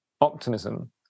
optimism